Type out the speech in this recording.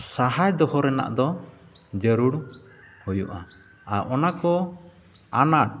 ᱥᱟᱦᱟ ᱫᱚᱦᱚᱭ ᱨᱮᱱᱟᱜ ᱫᱚ ᱡᱟᱹᱨᱩᱲ ᱦᱩᱭᱩᱜᱼᱟ ᱟᱨ ᱚᱱᱟ ᱠᱚ ᱟᱱᱟᱴ